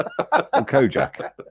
Kojak